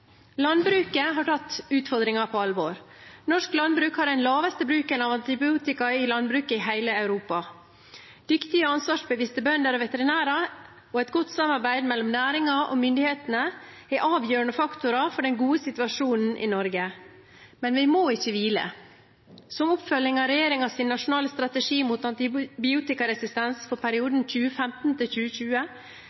Landbruket har tatt utfordringen på alvor. Norsk landbruk har den laveste bruken av antibiotika i landbruket i hele Europa. Dyktige, ansvarsbevisste bønder og veterinærer og et godt samarbeid mellom næringen og myndighetene er avgjørende faktorer for den gode situasjonen i Norge. Men vi må ikke hvile. Som oppfølging av regjeringens nasjonale strategi mot antibiotikaresistens for